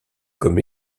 comme